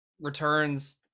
returns